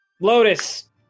Lotus